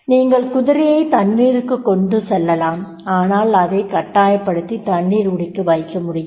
நீங்கள் குதிரையை தண்ணீருக்கு கொண்டு வரலாம் ஆனால் அதை கட்டாயப்படுத்தி தண்ணீர் குடிக்கவைக்க முடியாது